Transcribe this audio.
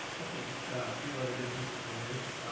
okay, just a few other good pieces of news.